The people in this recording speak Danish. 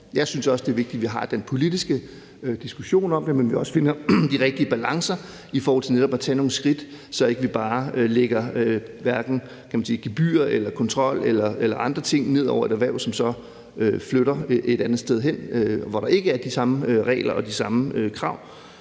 Jeg synes også, det er vigtigt, at vi har den politiske diskussion om det, og at vi netop også finder de rigtige balancer i forhold til at tage nogle skridt, så vi ikke bare lægger hverken gebyrer, kontrol eller andre ting ned over et erhverv, som så flytter et andet sted hen, hvor der ikke er de samme regler og de samme krav.